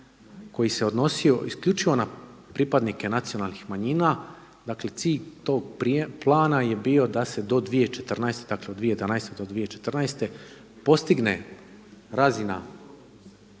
koji se odnosio isključivo na pripadnike nacionalnih manjina. Dakle, cilj tog plana je bio da se do 2014. Dakle,